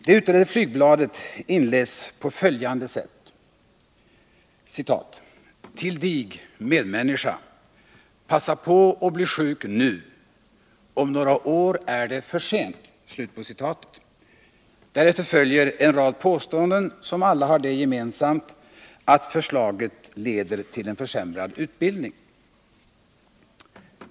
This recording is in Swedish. Det utdelade flygbladet inleds på följande sätt: ”TILL DIG, MEDMÄN NISKA. Passa på och bli SJUK NU. Om några år är det FÖRSENT.” Därefter följer en rad påståenden, som alla har det gemensamt att förslaget leder till en försämrad utbildning.